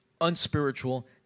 unspiritual